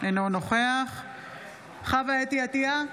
אינו נוכח חוה אתי עטייה,